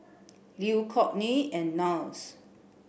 Lew Kortney and Niles